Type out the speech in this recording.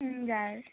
हजुर